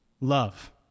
love